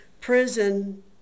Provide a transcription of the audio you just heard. prison